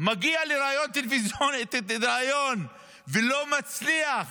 מגיע לריאיון טלוויזיוני ולא מצליח